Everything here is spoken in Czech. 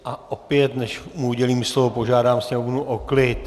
A opět, než mu udělím slovo, požádám sněmovnu o klid.